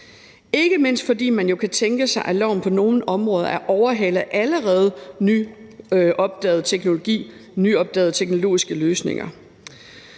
ikke mindst fordi man jo kan tænke sig, at loven på nogle områder er overhalet af allerede nyopdaget teknologi, nyopdagede